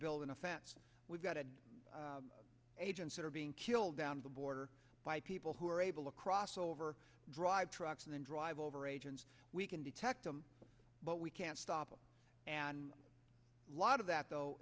building a fence we've got to agents that are being killed down the border by people who are able to cross over drive trucks and then drive over agents we can detect them but we can't stop them and a lot of that